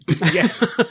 Yes